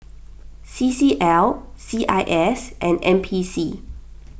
C C L C I S and N P C